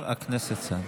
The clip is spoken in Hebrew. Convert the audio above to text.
חבר הכנסת סעדה.